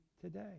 today